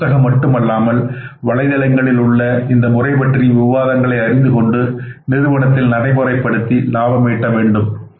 இந்தப் புத்தகம் மட்டும் அல்லாமல் வலைதளங்களில் உள்ள இந்த முறை பற்றிய விவாதங்களை அறிந்துகொண்டு நிறுவனத்தில் நடைமுறைப்படுத்தி லாபம் ஈட்ட வேண்டும்